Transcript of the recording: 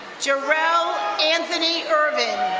jarell anthony ervin.